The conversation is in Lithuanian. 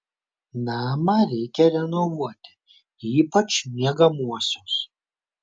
namą reikia renovuoti ypač miegamuosius